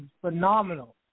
phenomenal